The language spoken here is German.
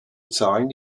zahlen